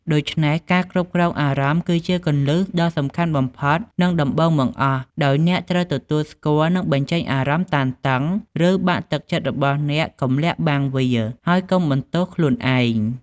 ដូច្នេះ ការគ្រប់គ្រងអារម្មណ៍គឺជាគន្លឹះដ៏សំខាន់បំផុត និងដំបូងបង្អស់ ដោយអ្នកត្រូវទទួលស្គាល់ និងបញ្ចេញអារម្មណ៍តានតឹង ឬបាក់ទឹកចិត្តរបស់អ្នក កុំលាក់បាំងវា ហើយកុំបន្ទោសខ្លួនឯង។